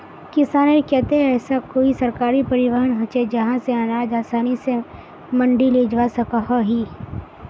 किसानेर केते ऐसा कोई सरकारी परिवहन होचे जहा से अनाज आसानी से मंडी लेजवा सकोहो ही?